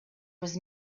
was